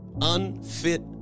Unfit